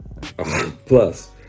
plus